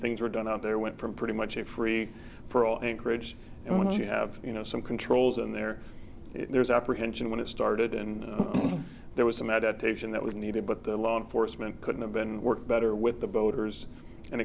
things were done out there went from pretty much a free for all encouraged and when you have you know some controls in there there's apprehension when it started and there was a meditation that was needed but the law enforcement could've been work better with the voters and